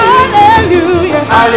Hallelujah